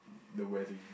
the wedding